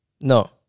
No